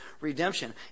redemption